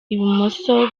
ibumoso